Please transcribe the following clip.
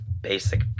basic